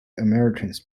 americans